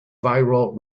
viral